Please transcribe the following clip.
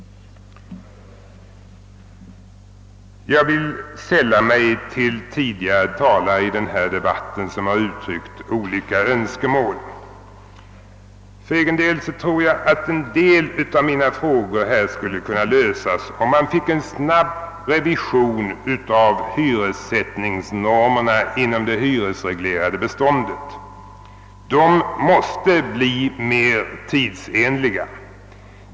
Jag vill sälla mig till tidigare talare i debatten som uttryckt olika önskemål. För egen del tror jag att många av mina problem skulle kunna lösas om man fick en snabb revision av hyressättningsnormerna inom det hyresreglerade beståndet. De måste bli mer tidsenliga.